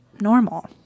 normal